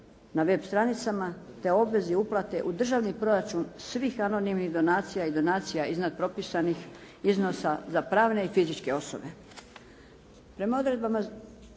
na web stranicama, te obvezi uplate u državni proračun svih anonimnih donacija i donacija iznad propisanih iznosa za pravne i fizičke osobe.